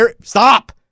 stop